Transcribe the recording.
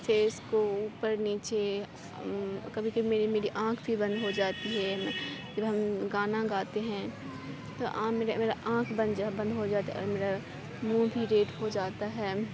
face کو اوپر نیچے کبھی کبھی میری میری آنکھ بھی بند ہو جاتی ہے پھر ہم گانا گاتے ہیں تو میرا میرا آنکھ بند بند ہو جاتا میرا منھ بھی ریڈ ہو جاتا ہے